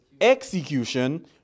execution